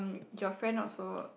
your friend also